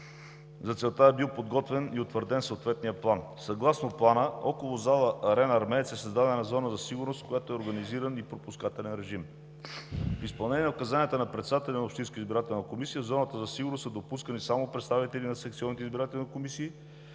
За целта е бил подготвен и утвърден съответният план. Съгласно него около зала „Арена Армеец“ е създадена зона за сигурност, в която е организиран и пропускателен режим. В изпълнение на указанията на председателя на Общинската избирателна комисия в зоната за сигурност са допускани само представители на